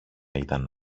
ήταν